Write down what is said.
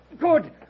Good